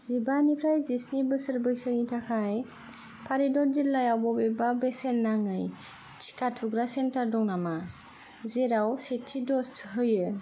जिबानिफ्राय जिस्नि बोसोर बैसोनि थाखाय फरिदाबाद जिल्लायाव बबेबा बेसेन नाङि टिका थुग्रा सेन्टार दं नामा जेराव सेथि द'ज होयो